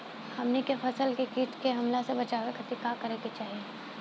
हमनी के फसल के कीट के हमला से बचावे खातिर का करे के चाहीं?